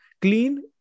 clean